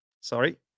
Sorry